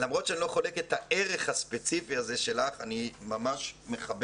למרות שאני לא חולק איתך את הערך הספציפי הזה שלך אני ממש מכבד